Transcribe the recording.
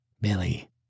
Billy